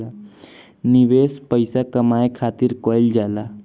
निवेश पइसा कमाए खातिर कइल जाला